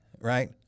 right